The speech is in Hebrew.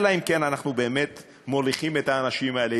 אלא אם כן אנחנו באמת מוליכים את האנשים האלה,